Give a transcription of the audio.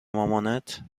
مامانت